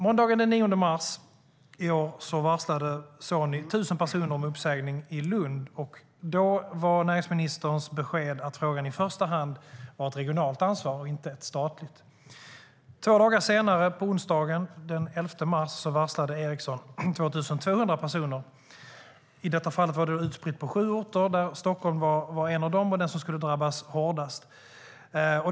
Måndagen den 9 mars varslade Sony i Lund 1 000 personer om uppsägning. Då var näringsministerns besked att frågan i första hand var ett regionalt och inte ett statligt ansvar. Två dagar senare, på onsdagen den 11 mars, varslade Ericsson 2 200 personer. I detta fall var det utspritt på sju orter där Stockholm var en av de orter som skulle drabbas hårdast.